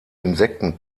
insekten